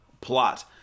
plot